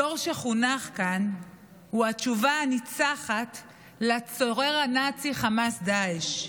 הדור שחונך כאן הוא התשובה הניצחת לצורר הנאצי חמאס-דאעש,